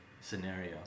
scenario